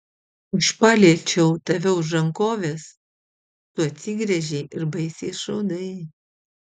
aš paliečiau tave už rankovės tu atsigręžei ir baisiai išraudai